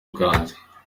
banjye